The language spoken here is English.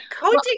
coaching